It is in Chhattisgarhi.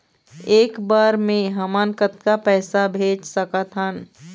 एक बर मे हमन कतका पैसा भेज सकत हन?